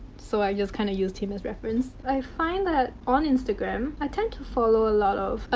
so, i just kind of used him as reference. i find that on instagram, i tend to follow a lot of.